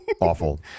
Awful